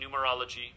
numerology